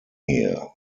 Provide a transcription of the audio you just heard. here